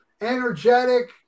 energetic